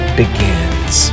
begins